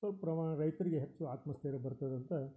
ಸ್ವಲ್ಪ ಪ್ರಮಾಣ ರೈತರಿಗೆ ಹೆಚ್ಚು ಆತ್ಮಸ್ಥೈರ್ಯ ಬರ್ತದೆ ಅಂತ